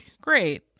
Great